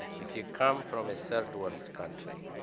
if you come from a third-world country,